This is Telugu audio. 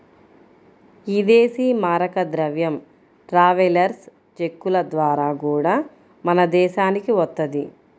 ఇదేశీ మారక ద్రవ్యం ట్రావెలర్స్ చెక్కుల ద్వారా గూడా మన దేశానికి వత్తది